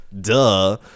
Duh